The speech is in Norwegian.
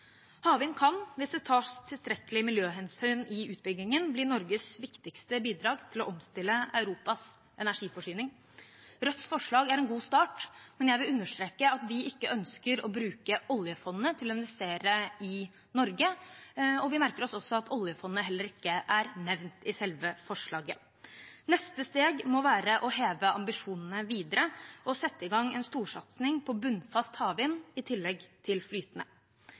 Havvind kan, hvis det tas tilstrekkelige miljøhensyn i utbyggingen, bli Norges viktigste bidrag til å omstille Europas energiforsyning. Rødts forslag er en god start, men jeg vil understreke at vi ikke ønsker å bruke oljefondet til å investere i Norge, og vi merker oss også at oljefondet heller ikke er nevnt i selve forslaget. Neste steg må være å heve ambisjonene videre og sette i gang en storsatsing på bunnfast havvind i tillegg til flytende.